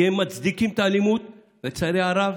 כי הם מצדיקים את האלימות, לצערי הרב.